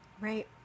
Right